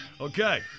Okay